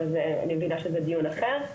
אבל אני מבינה שזה דיון אחר.